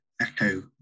echo